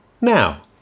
Now